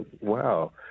Wow